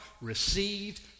received